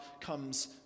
comes